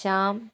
Shyam